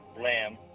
Lamb